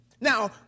Now